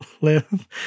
live